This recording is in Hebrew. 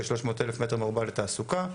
כ-300 אלף מ"ר לתעסוקה,